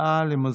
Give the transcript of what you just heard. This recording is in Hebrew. בבקשה.